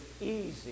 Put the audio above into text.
easy